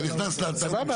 אתה נכנס לאתר -- סבבה,